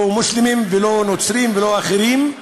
לא מוסלמים, לא נוצרים ולא אחרים,